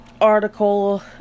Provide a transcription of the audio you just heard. article